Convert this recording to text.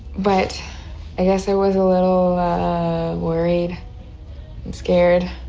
but i guess i was a little worried and scared